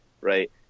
right